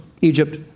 Egypt